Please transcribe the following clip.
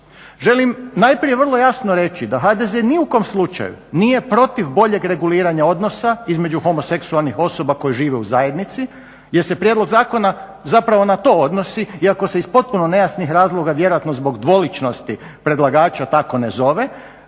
Želim najprije vrlo jasno reći da HDZ ni u kom slučaju nije protiv boljeg reguliranja odnosa između homoseksualnih osoba koje žive u zajednici gdje se prijedlog zakona zapravo na to odnosi, iako se iz potpuno nejasnih razloga vjerojatno zbog dvoličnosti predlagača tako ne zove,